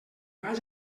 vaig